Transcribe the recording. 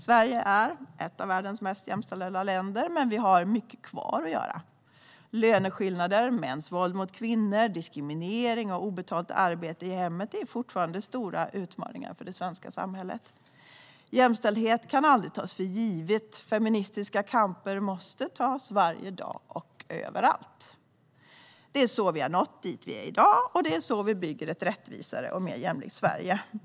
Sverige är ett av världens mest jämställda länder, men vi har mycket kvar att göra. Löneskillnader, mäns våld mot kvinnor, diskriminering och obetalt arbete i hemmet är fortfarande stora utmaningar för det svenska samhället. Jämställdheten kan aldrig tas för given. Feministiska kamper måste tas varje dag och överallt. Det är så vi har nått dit där vi är i dag, och det är så vi bygger ett rättvisare och mer jämlikt Sverige.